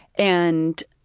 and